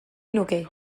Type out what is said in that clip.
nuke